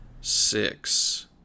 Six